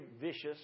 vicious